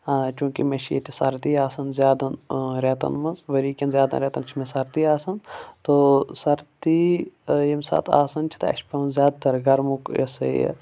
چوٗنٛکہِ مےٚ چھِ ییٚتِہ سردی آسان زیادَن رٮ۪تَن منٛز ؤری کٮ۪ن زیادَن رٮ۪تَن چھِ مےٚ سردی آسان تو سردی ییٚمہِ ساتہٕ آسان چھِ اَسہِ چُھ پٮ۪وان زیادٕ تر گرمُک یہِ ہسا یہِ